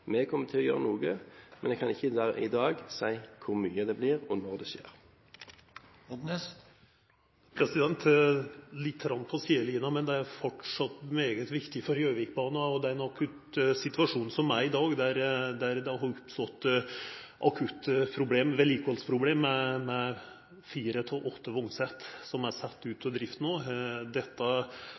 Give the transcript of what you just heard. Vi kommer til å gjøre noe, men jeg kan ikke i dag si hvor mye det blir, og når det skjer. Det er lite grann på sidelinja, men dette er framleis svært viktig for Gjøvikbana og den akutte situasjonen som er i dag, der dei har fått akutte vedlikehaldsproblem med fire av åtte vognsett, som no er sette ut av drift. Dette